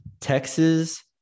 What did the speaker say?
Texas